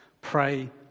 pray